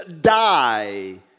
die